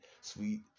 sweet